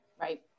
Right